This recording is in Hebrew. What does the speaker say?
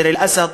דיר-אל-אסד,